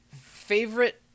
favorite